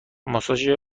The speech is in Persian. ماساژ